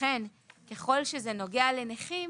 לכן ככל שזה נוגע לנכים